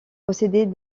possédait